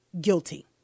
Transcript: guilty